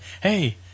hey